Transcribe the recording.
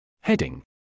heading